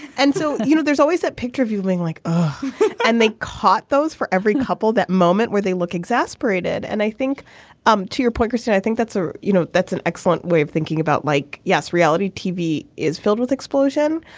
and so you know there's always that picture of you being like oh and they caught those for every couple that moment where they look exasperated and i think um to your point. so i think that's ah you know that's an excellent way of thinking about like yes reality tv is filled with explosion.